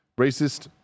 racist